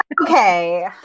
Okay